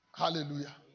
hallelujah